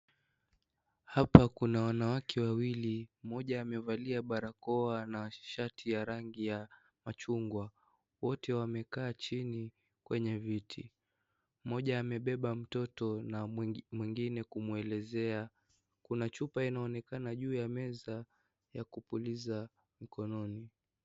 Hapa kuna wanawake wawili, mmoja amevalia barakoa na shati ya rangi ya machungwa, wote wamekaa chini kwenye viti, mmoja amebeba mtoto na mwengine kumwelezea, kuna chupa inayoonekana juu ya meza ya kupuliza mkononi.